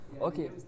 okay